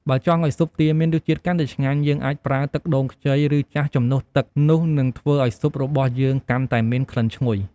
បើចង់ឱ្យស៊ុបទាមានរសជាតិកាន់តែឆ្ងាញ់ យើងអាចប្រើ ទឹកដូងខ្ចី ឬ ចាស់ ជំនួសទឹក នោះនឹងធ្វើឱ្យស៊ុបរបស់យើងកាន់តែមានក្លិនឈ្ងុយ។